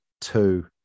two